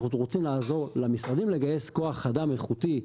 אנחנו רוצים לעזור למשרדים לגייס כוח אדם איכותי רגולטורי,